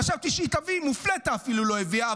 חשבתי שהיא תביא, מופלטה אפילו לא הביאה.